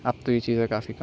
اب تو یہ چیزیں کافی کم